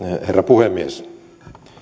herra puhemies